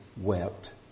wept